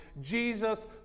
jesus